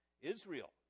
Israel